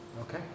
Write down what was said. Okay